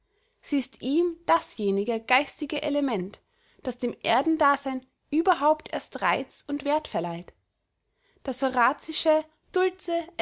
sie ist ihm dasjenige geistige element das dem erdendasein überhaupt erst reiz und wert verleiht das horazische dulce